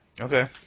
Okay